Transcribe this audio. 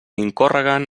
incórreguen